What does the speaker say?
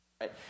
right